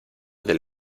del